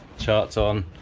charts on,